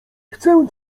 chcę